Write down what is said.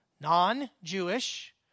Non-Jewish